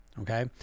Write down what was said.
okay